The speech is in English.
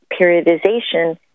Periodization